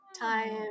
time